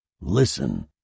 Listen